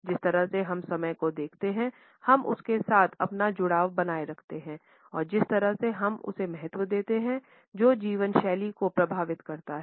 जिस तरह से हम समय को देखते हैं हम उसके साथ अपना जुड़ाव बनाए रखते हैं और जिस तरह से हम उसे महत्व देते हैं वो जीवनशैली को प्रभावित करता है